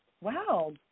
wow